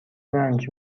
رنج